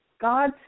God